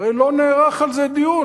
הרי לא נערך על זה דיון.